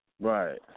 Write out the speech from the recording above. Right